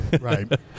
Right